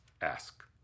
Ask